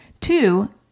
two